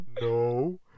No